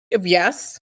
Yes